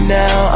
now